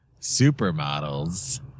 Supermodels